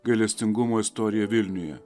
gailestingumo istorija vilniuje